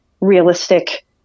realistic